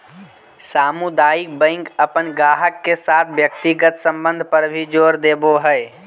सामुदायिक बैंक अपन गाहक के साथ व्यक्तिगत संबंध पर भी जोर देवो हय